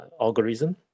algorithm